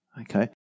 Okay